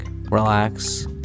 relax